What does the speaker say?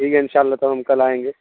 ٹھیک ہے ان شاء اللہ تو ہم کل آئیں گے